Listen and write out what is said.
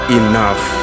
enough